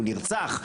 הוא נרצח,